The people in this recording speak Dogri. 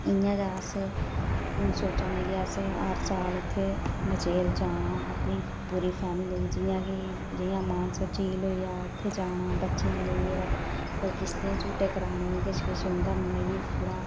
इं'या गै अस हून सोचा नै की अस कि हर साल उत्थें मचैल जाना अपनी पूरी फैमिली लेइयै जियां कि मानसर झील होइया इत्थै जाना बच्चें गी लेइयै किश किश्तियें च झूटे कराने किश किश होंदा मज़ा